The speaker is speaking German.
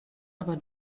aber